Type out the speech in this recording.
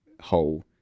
whole